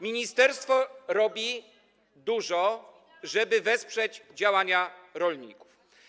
Ministerstwo dużo robi, żeby wesprzeć działania rolników.